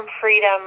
Freedom